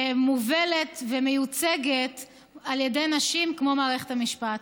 שמובלת ומיוצגת על ידי נשים כמו מערכת המשפט.